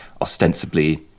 ostensibly